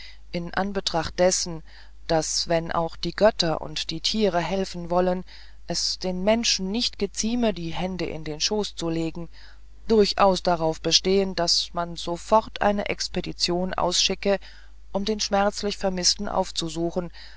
in anbetracht dessen daß wenn auch die götter und die tiere helfen wollen es den menschen nicht gezieme die hände in den schoß zu legen durchaus darauf bestehen daß man sofort eine expedition ausschicke um den schmerzlich vermißten aufzusuchen